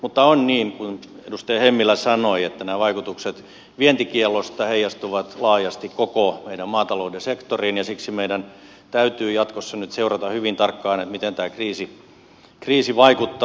mutta on niin kuten edustaja hemmilä sanoi että nämä vaikutukset vientikiellosta heijastuvat laajasti koko meidän maatalouden sektoriin ja siksi meidän täytyy jatkossa nyt seurata hyvin tarkkaan miten tämä kriisi vaikuttaa